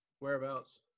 Whereabouts